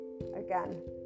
again